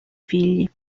figli